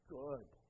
good